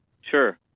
Sure